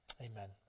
Amen